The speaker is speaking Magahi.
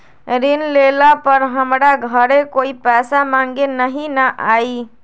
ऋण लेला पर हमरा घरे कोई पैसा मांगे नहीं न आई?